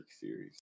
series